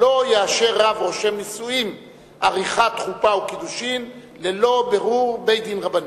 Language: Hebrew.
לא יאשר רב רושם נישואים עריכת חופה וקידושין ללא בירור בית-דין רבני.